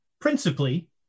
principally